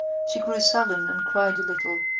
she grew sullen and cried a little,